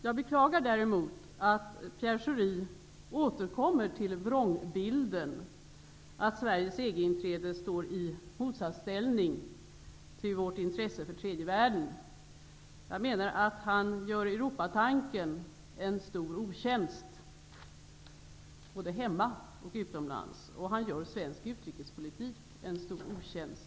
Jag beklagar däremot att Pierre Schori återkommer till vrångbilden att Sveriges EG inträde står i motsatsställning till vårt intresse för tredje världen. Jag menar att han gör Europatanken en stor otjänst både hemma och utomlands. Han gör svensk utrikespolitik en stor otjänst.